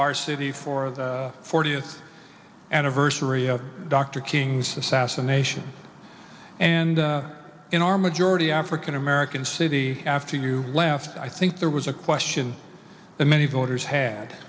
our city for the fortieth anniversary of dr king's assassination and in our majority african american city after you left i think there was a question that many voters had